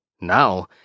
Now